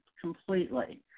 completely